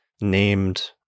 named